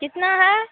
कितना है